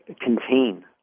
contain